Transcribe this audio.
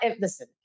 listen